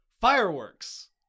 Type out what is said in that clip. Fireworks